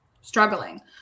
Struggling